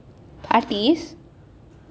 parties